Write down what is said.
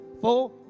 four